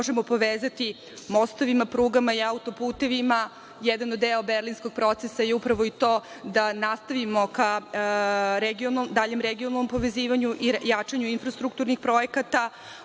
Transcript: možemo povezati mostovima, prugama i autoputevima. Jedan deo Berlinskog procesa je upravo i to da nastavimo ka daljem regionalnom povezivanju i jačanju infrastrukturnih projekata.